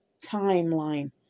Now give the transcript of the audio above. timeline